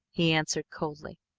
he answered coldly.